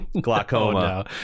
glaucoma